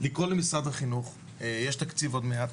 לקרוא למשרד החינוך כי יש תקציב עוד מעט,